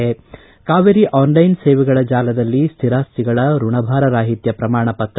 Kaveri online ಸೇವೆಗಳ ಜಾಲದಲ್ಲಿ ಸ್ಥಿರಾಸ್ತಿಗಳ ಋಣಭಾರರಾಹಿತ್ಯ ಪ್ರಮಾಣಪತ್ರ